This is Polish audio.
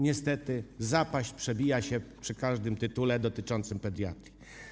Niestety słowo: zapaść przebija się przy każdym tytule dotyczącym pediatrii.